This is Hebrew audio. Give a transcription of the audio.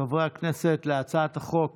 חברי הכנסת, להצעת החוק